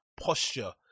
posture